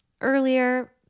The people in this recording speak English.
earlier